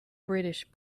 british